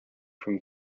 from